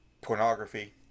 pornography